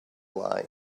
lie